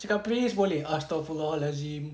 cakap please boleh astagfirullahaladzim